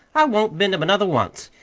i won't mend em another once.